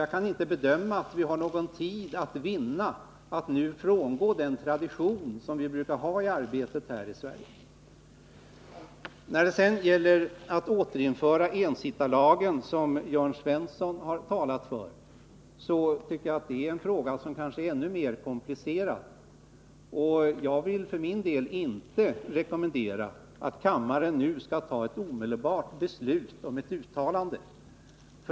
Jag kan därför inte bedöma att vi nu har någon tid att vinna på att frångå den tradition som vi brukar följa i arbetet här i Sverige. Återinförandet av ensittarlagen, som Jörn Svensson har talat för, är en ännu mer komplicerad fråga. Jag vill för min del inte rekommendera att kammaren nu skall fatta omedelbart beslut om ett uttalande.